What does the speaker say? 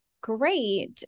great